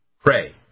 Pray